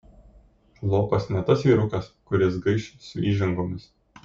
lopas ne tas vyrukas kuris gaiš su įžangomis